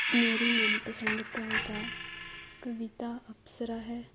ਮੇਰੀ ਮਨ ਪਸੰਦ ਕਵਿਤਾ ਕਵਿਤਾ ਅਪਸਰਾ ਹੈ